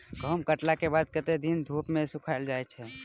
गहूम कटला केँ बाद कत्ते दिन धूप मे सूखैल जाय छै?